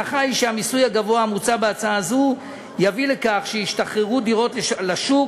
ההנחה היא שהמיסוי הגבוה המוצע בהצעה זו יביא לכך שישתחררו דירות לשוק,